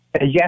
Yes